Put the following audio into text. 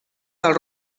del